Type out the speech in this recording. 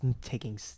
taking